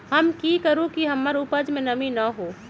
हम की करू की हमर उपज में नमी न होए?